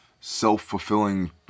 Self-fulfilling